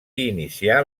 inicià